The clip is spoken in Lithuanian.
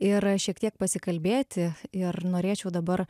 ir šiek tiek pasikalbėti ir norėčiau dabar